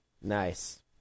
Nice